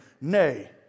Nay